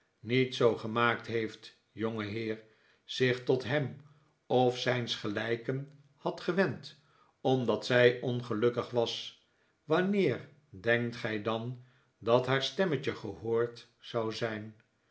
zich tot hem of zijns gelijken had gewend omdat zij ongelukkig was wanneer denkt gij dan dat haar stemmetje gehoord zou zijn